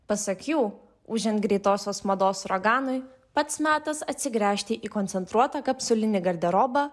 pasak jų ūžiant greitosios mados uraganui pats metas atsigręžti į koncentruotą kapsulinį garderobą